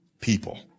people